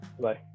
bye